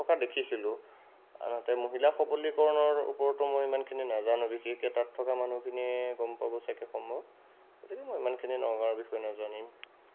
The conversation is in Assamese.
থকা দেখিছিলোঁ আনহাতে মহিলা সৱলীকৰণৰ ওপৰতো মই ইমানখিনি নাজানো বিশেষকৈ তাত থকা মানুহখিনি গম পাব চাগে সম্ভৱ গতিকে মই ইমানখিনি নগাঁওৰ বিষয়ে নাজানিম